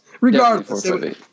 Regardless